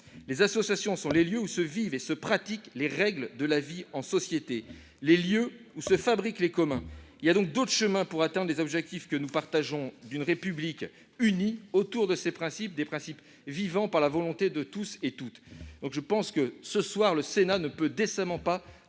Elles sont les lieux où se vivent et se pratiquent les règles de la vie en société, les lieux où se fabriquent les « communs »: il existe donc d'autres chemins pour atteindre les objectifs- que nous partageons -d'une République unie autour de ses principes, des principes vivant par la volonté de tous et de toutes. Ce soir, le Sénat ne peut décemment pas